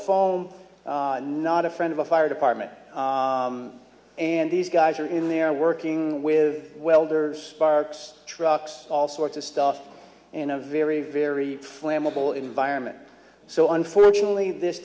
phone not a friend of a fire department and these guys are in there working with welder sparks trucks all sorts of stuff in a very very flammable environment so unfortunately this